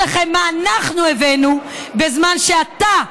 אני אציג לכם מה אנחנו הבאנו בזמן שאתה,